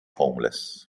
homeless